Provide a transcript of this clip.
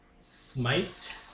smite